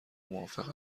موافق